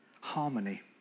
harmony